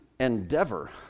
endeavor